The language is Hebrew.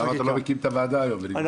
למה אתה לא מקים את הוועדה היום ונגמור עם זה?